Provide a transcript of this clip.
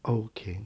okay